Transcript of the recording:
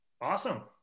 Awesome